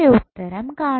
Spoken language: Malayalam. ഉത്തരം കാണുക